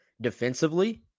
defensively